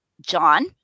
John